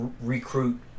recruit